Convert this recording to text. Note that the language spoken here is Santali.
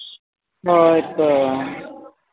ᱦᱳᱭ ᱛᱚ